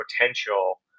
potential